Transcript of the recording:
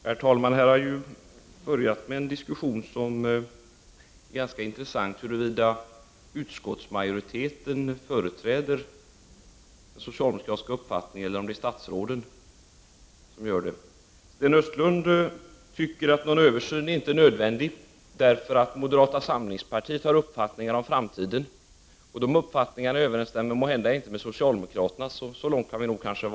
Herr talman! Här har en ganska intressant diskussion inletts om huruvida utskottsmajoriteten företräder den socialdemokratiska uppfattningen, eller om det är statsråden som gör det. Sten Östlund anser inte att en översyn är nödvändig, eftersom moderata samlingspartiet har vissa uppfattningar om framtiden. Dessa uppfattningar överensstämmer inte med socialdemokraternas; så långt kan vi nog vara överens.